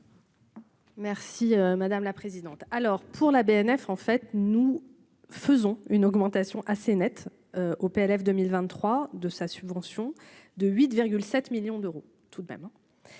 Merci madame la présidente, alors pour la BNF, en fait, nous faisons une augmentation assez nette au PLF 2023 de sa subvention de 8 7 millions d'euros tout de même.